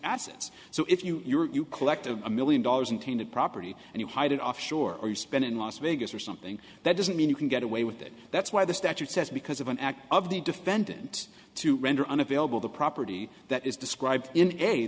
assets so if you your collective a million dollars in tainted property and you hide it offshore or you spend in las vegas or something that doesn't mean you can get away with it that's why the statute says because of an act of the defendant to render unavailable the property that is describe